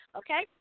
okay